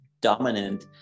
dominant